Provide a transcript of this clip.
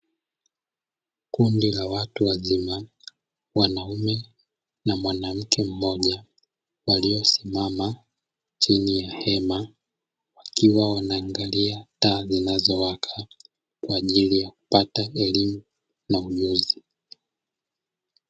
Kundi la watu wazima wanaume na mwanamke mmoja waliosimama chini ya hema, wakiwa wanaangalia taa zinazowaka kwa ajili ya kupata elimu na ujuzi.